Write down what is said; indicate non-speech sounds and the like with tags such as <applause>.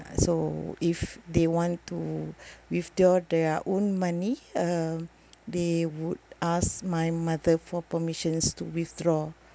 so if they want to <breath> withdraw their own money uh they would ask my mother for permissions to withdraw